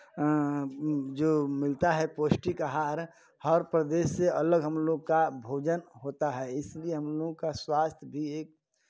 जो मिलता है पौष्टिक आहार हर प्रदेश से अलग हम लोग का भोजन होता है इसलिए हम लोगों का स्वास्थ्य भी एक